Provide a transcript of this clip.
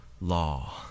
law